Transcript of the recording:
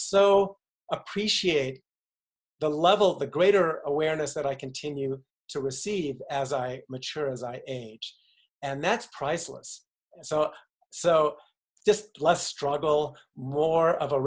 so appreciate the level of the greater awareness that i continue to receive as i mature as i age and that's priceless so so just less struggle more of a